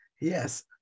Yes